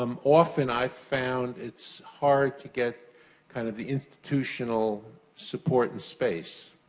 um often i've found it's hard to get kind of the institutional support and space.